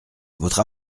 votre